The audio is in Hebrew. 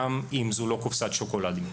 גם אם זו לא קופסת שוקולדים.